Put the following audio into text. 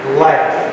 life